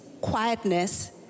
quietness